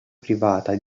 privata